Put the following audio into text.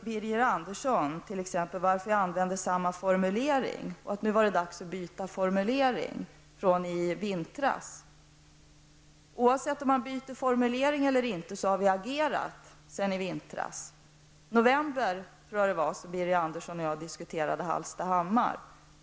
Birger Andersson frågar varför jag använder samma formulering den här gången. Han tycker att det är dags att byta ut min formulering från i vintras. Jag vill då framhålla att vi, bortsett från om det är samma formulering eller inte, har agerat sedan i vintras. Jag tror att det var i november som Birger Andersson och jag diskuterade förhållandena i Hallstahammar.